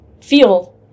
feel